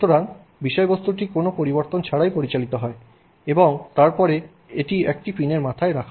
সুতরাং বিষয়বস্তুটি কোনও পরিবর্তন ছাড়াই পরিচালিত হয় এবং তারপরে একটি পিনের মাথায় রাখে